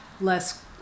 less